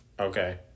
Okay